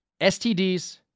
STDs